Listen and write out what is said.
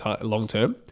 long-term